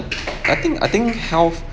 I think I think health